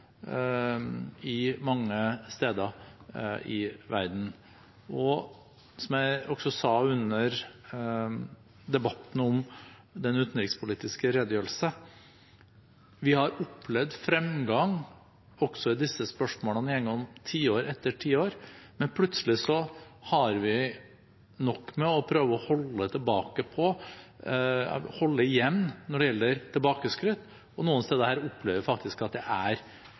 eksisterer mange steder i verden. Som jeg også sa under debatten om den utenrikspolitiske redegjørelsen, har vi opplevd fremgang også i disse spørsmålene gjennom tiår etter tiår, men plutselig har vi nok med å prøve å holde igjen når det gjelder tilbakeskritt, og noen steder opplever vi faktisk at det er